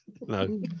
no